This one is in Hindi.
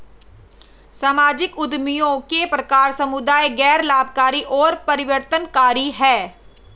सामाजिक उद्यमियों के प्रकार समुदाय, गैर लाभकारी और परिवर्तनकारी हैं